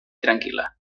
tranquil·la